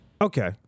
Okay